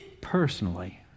personally